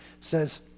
says